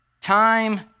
Time